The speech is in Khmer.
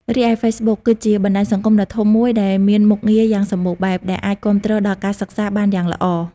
រីឯហ្វេសបុក គឺជាបណ្ដាញសង្គមដ៏ធំមួយដែលមានមុខងារយ៉ាងសម្បូរបែប ដែលអាចគាំទ្រដល់ការសិក្សាបានយ៉ាងល្អ។